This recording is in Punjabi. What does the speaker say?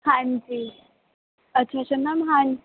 ਹਾਂਜੀ ਅੱਛਾ ਅੱਛਾ ਮੈਮ ਹਾਂ